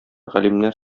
галимнәр